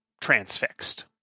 transfixed